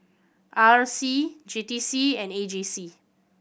R C J T C and A J C